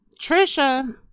Trisha